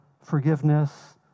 forgiveness